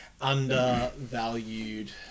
undervalued